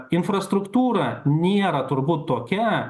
infrastruktūra nėra turbūt tokia